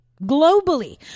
globally